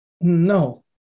No